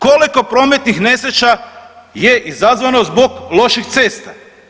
Koliko prometnih nesreća je izazvano zbog loših cesta.